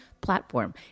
platform